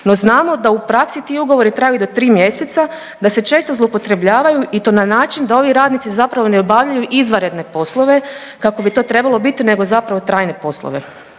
No, znamo da u praksi ti ugovori traju i do 3 mjeseca, da se često zloupotrebljavaju i to na način da ovi radnici zapravo ne obavljaju izvanredne poslove kako biti to trebalo biti nego zapravo trajne poslove.